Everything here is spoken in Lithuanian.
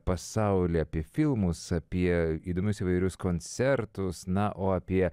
pasaulį apie filmus apie įdomius įvairius koncertus na o apie